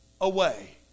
away